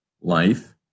life